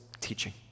teaching